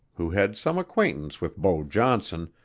who had some acquaintance with beau johnson,